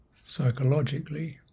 Psychologically